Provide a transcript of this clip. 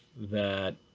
that